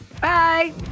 Bye